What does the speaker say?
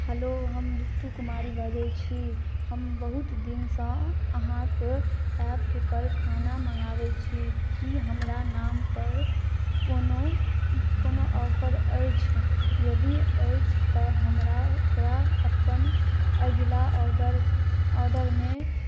hello हम रितु कुमारी बजै छी हम बहुत दिनसँ अहाँक एप पर खाना मङ्गाबै छी कि हमरा नाम पर कोनो ऑफर अछि यदि अछि तऽ हमरा ओकरा अपन अगिला ऑर्डरमे